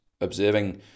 observing